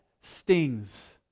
stings